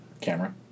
Camera